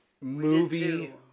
Movie